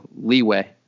leeway